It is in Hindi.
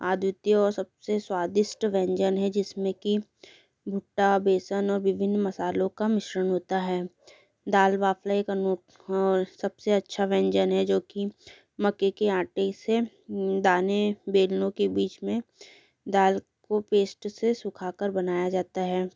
अद्वितीय और सबसे स्वादिष्ट व्यंजन है जिसमें की भुट्टा बेसन और विभिन्न मसालों का मिश्रण होता है दाल बाफ़ला एक अनोखा और सबसे अच्छा व्यंजन है जो की मक्के के आटे से दाने बेलनों के बीच में दाल को पेस्ट से सुखाकर बनाया जाता है